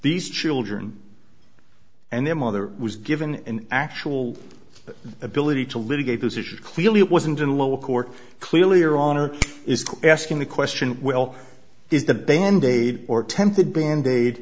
these children and their mother was given an actual ability to litigate those issues clearly it wasn't in lower court clearly or on or is asking the question well is the band aid or attempted band aid